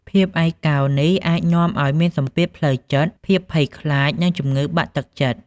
ភាពឯកោនេះអាចនាំឲ្យមានសម្ពាធផ្លូវចិត្ត ភាពភ័យខ្លាច និងជំងឺបាក់ទឹកចិត្ត។